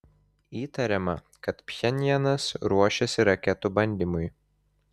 įtariama kad pchenjanas ruošiasi raketų bandymui